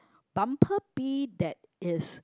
bumblebee that is